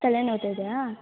ತಲೆ ನೋವ್ತಾ ಇದ್ಯಾ